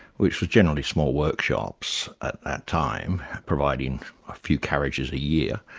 which was generally small workshops at that time, providing a few carriages a year,